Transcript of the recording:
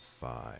five